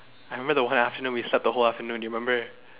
I remember the whole afternoon we slept the whole afternoon do you remember